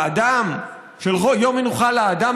של יום מנוחה לאדם,